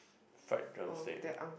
fried drumstick